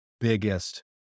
biggest